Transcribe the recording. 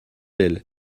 elle